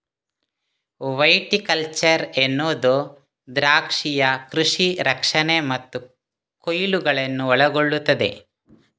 viticulture ಎನ್ನುವುದು ದ್ರಾಕ್ಷಿಯ ಕೃಷಿ ರಕ್ಷಣೆ ಮತ್ತು ಕೊಯ್ಲುಗಳನ್ನು ಒಳಗೊಳ್ಳುತ್ತದೆ